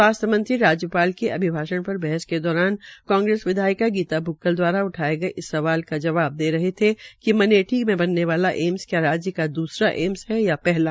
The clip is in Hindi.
स्वास्थ्य मंत्री राज्यपाल के अभिभाष्ण पर बहस के दौरान कांग्रेस विधायिका गीता भुक्कल दवारा उठाये गये इस सवाल का जवाब दे रहे थे कि मनेठी के बनने वाला एम्स क्या राज्य का द्रसरा एम्स है या पहला